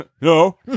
No